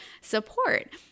support